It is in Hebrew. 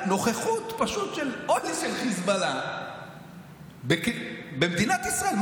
נוכחות של אוהל של חיזבאללה במדינת ישראל.